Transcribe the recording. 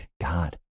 God